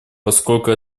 поскольку